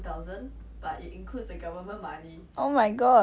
ya sia this one boost my bank man